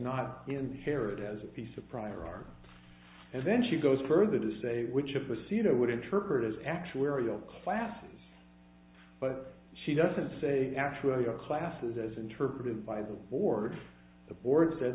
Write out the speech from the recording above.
not inherited as a piece of prior art and then she goes further to say which a procedure would interpret as actuarial classes but she doesn't say actuarial classes as interpreted by the board the board said